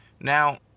Now